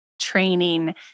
training